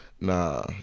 Nah